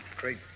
Great